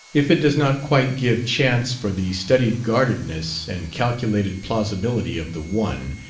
if it does not quite give chance for the studied guardedness and calculated plausibility of the one,